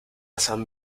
san